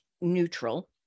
neutral